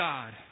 God